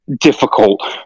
difficult